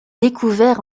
découvert